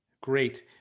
Great